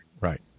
Right